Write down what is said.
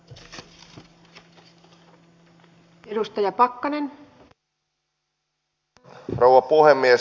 arvoisa rouva puhemies